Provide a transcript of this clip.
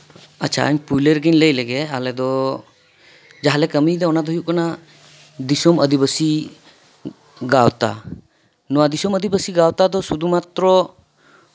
ᱤᱧ ᱯᱳᱭᱞᱳ ᱨᱮᱜᱤᱧ ᱞᱟᱹᱭ ᱞᱮᱜᱮ ᱟᱞᱮ ᱫᱚ ᱡᱟᱦᱟᱸ ᱞᱮ ᱠᱟᱹᱢᱤᱭᱮᱫᱟ ᱚᱱᱟ ᱫᱚ ᱦᱩᱭᱩᱜ ᱠᱟᱱᱟ ᱫᱤᱥᱚᱢ ᱟᱹᱫᱤᱵᱟᱹᱥᱤ ᱜᱟᱶᱛᱟ ᱱᱚᱣᱟ ᱫᱤᱥᱚᱢ ᱟᱹᱫᱤᱵᱟᱹᱥᱤ ᱜᱟᱶᱛᱟ ᱫᱚ ᱥᱩᱫᱷᱩᱢᱟᱛᱨᱚ